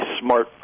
smart